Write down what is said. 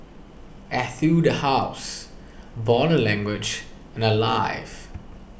Etude House Body Language and Alive